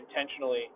intentionally